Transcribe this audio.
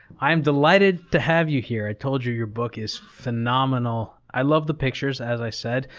i am delighted to have you here. i told you your book is phenomenal. i love the pictures, as i said,